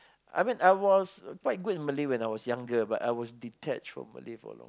I mean I was quite good in Malay when I was younger but I was detached from Malay for a long